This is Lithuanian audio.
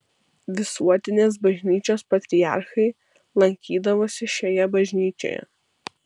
visuotinės bažnyčios patriarchai lankydavosi šioje bažnyčioje